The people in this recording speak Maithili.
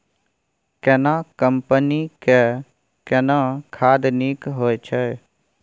केना कंपनी के केना खाद नीक होय छै?